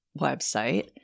website